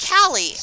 Callie